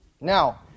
Now